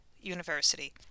University